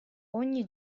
ogni